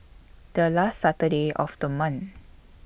The last Saturday of The month